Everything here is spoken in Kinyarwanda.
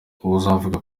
uwavuga